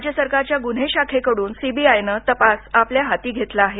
राज्य सरकारच्या गुन्हे शाखेकडून सीबीआयनं तपास आपल्या हाती घेतला आहे